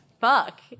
Fuck